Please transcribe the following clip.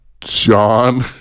John